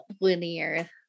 linear